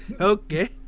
okay